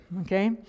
Okay